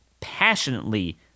passionately